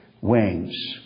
wings